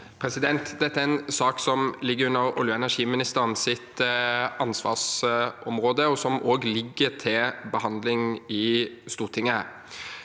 Det- te er en sak som ligger under olje- og energiministerens ansvarsområde, og som òg ligger til behandling i Stortinget.